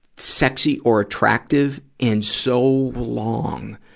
sexy or attractive in so long.